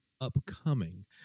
upcoming